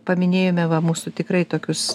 paminėjome va mūsų tikrai tokius